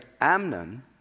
Amnon